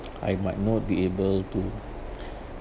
I might not be able to